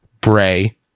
Bray